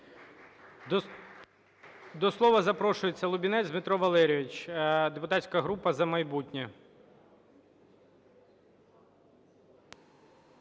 До слова запрошується Лубінець Дмитро Валерійович, депутатська група "За майбутнє".